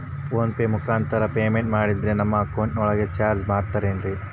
Phone pay ಮುಖಾಂತರ payment ಮಾಡಿದರೆ ನನ್ನ ಅಕೌಂಟಿನೊಳಗ ಚಾರ್ಜ್ ಮಾಡ್ತಿರೇನು?